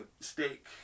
steak